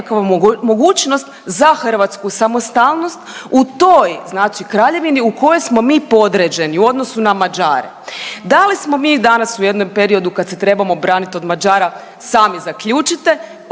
nekakvu mogućnost za hrvatsku samostalnost u toj kraljevini u kojoj smo mi podređeni u odnosu na Mađare. Da li smo mi danas u jednom periodu kad se trebamo branit od Mađara? Sami zaključite.